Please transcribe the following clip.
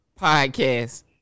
Podcast